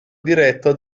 diretto